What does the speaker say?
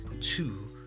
two